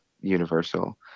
universal